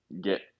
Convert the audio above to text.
get